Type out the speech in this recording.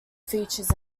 features